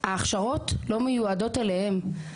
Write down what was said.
ההכשרות לא מיועדות אליהן,